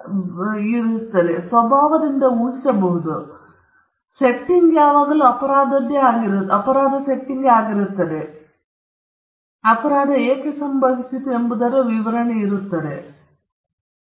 ಅದರ ಸ್ವಭಾವದಿಂದ ಊಹಿಸಬಹುದಾದದು ಏಕೆಂದರೆ ಈ ಸೆಟ್ಟಿಂಗ್ ಯಾವಾಗಲೂ ಅಪರಾಧವಾಗಿದೆ ಮತ್ತು ಅಪರಾಧವು ಏಕೆ ಸಂಭವಿಸಿತು ಎಂಬುದರ ವಿವರಣೆಯಿದೆ ಅಥವಾ ಹೇಗೆ ಅಪರಾಧ ಸಂಭವಿಸಿತು